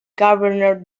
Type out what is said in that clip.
governor